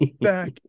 Back